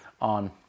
on